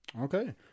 Okay